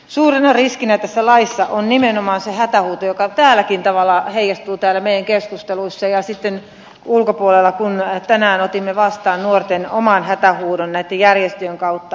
suurena riskinä tässä laissa on nimenomaan se hätähuuto joka täälläkin tavallaan heijastuu meidän keskusteluissamme ja sitten ulkopuolella kun tänään otimme vastaan nuorten oman hätähuudon näitten järjestöjen kautta